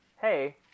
hey